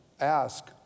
ask